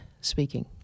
speaking